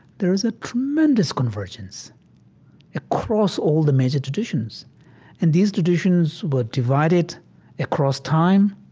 there is a tremendous convergence across all the major traditions and these traditions were divided across time,